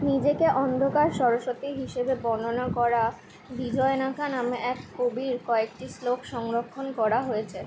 নিজেকে অন্ধকার সরস্বতী হিসেবে বর্ণনা করা বিজয়নাকা নামে এক কবির কয়েকটি শ্লোক সংরক্ষণ করা হয়েছে